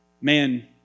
man